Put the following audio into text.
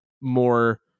more